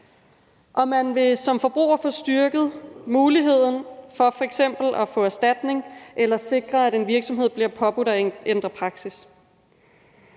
Og man vil som forbruger få styrket muligheden for f.eks. at få erstatning, og man sikre, at en virksomhed bliver påbudt at ændre praksis.